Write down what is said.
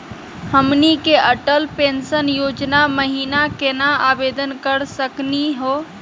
हमनी के अटल पेंसन योजना महिना केना आवेदन करे सकनी हो?